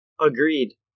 Agreed